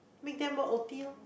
make them work O_T loh